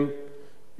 מדורי דורות